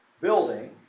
building